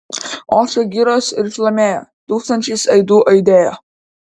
ošė girios ir šlamėjo tūkstančiais aidų aidėjo